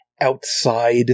outside